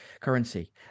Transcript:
currency